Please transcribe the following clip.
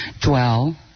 Dwell